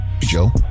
Joe